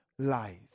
life